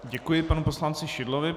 Děkuji panu poslanci Šidlovi.